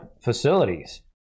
facilities